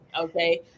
Okay